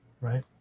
Right